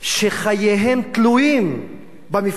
שחייהם תלויים במפעל הזה.